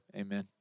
amen